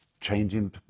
changing